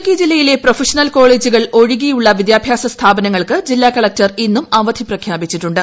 ഇടുക്കി ജില്ലയിലെ പ്രൊഫഷണൽ കോളേജുകൾ ഒഴികെയുള്ള വിദ്യാഭ്യാസ സ്ഥാപനങ്ങൾക്ക് ജില്ലാ കളക്ടർ ഇന്നും അവധി പ്രഖ്യാപിച്ചിട്ടുണ്ട്